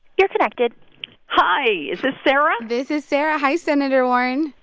you're connected hi. is this sarah? this is sarah. hi, senator warren.